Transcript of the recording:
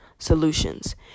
solutions